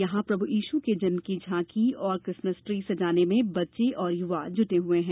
यहां प्रभु यीशु के जन्म की झांकी और क्रिसमस ट्री सजाने में बच्चे और युवा जुटे हुए हैं